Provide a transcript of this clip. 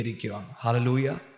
Hallelujah